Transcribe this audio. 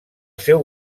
seu